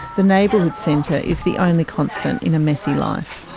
the neighbourhood centre is the only constant in a messy life.